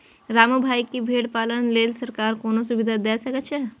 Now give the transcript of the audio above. रामू भाइ, की भेड़ पालन लेल सरकार कोनो सुविधा दै छै?